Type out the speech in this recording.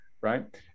right